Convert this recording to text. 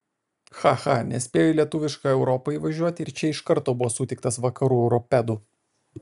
cha cha nespėjo į lietuvišką europą įvažiuot ir čia iš karto buvo sutiktas vakarų europedų